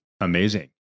amazing